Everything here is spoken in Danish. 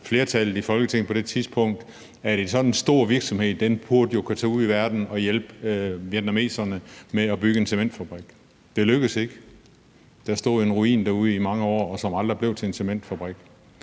flertallet i Folketinget, at sådan en stor virksomhed burde kunne tage ud i verden og hjælpe vietnameserne med at bygge en cementfabrik. Det lykkedes ikke. Der stod en ruin derude i mange år, som aldrig blev til en cementfabrik,